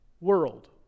world